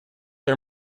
are